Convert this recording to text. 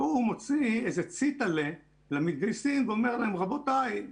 והוא מוציא איזה צטלה למתגייסים ואומר להם: רבותיי,